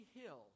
hill